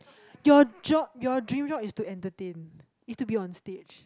your job your dream job is to entertain is to be on stage